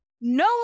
No